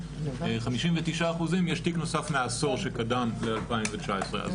ל-59 אחוזים יש תיק נוסף מהעשור שקדם ל-2019 אז